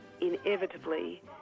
inevitably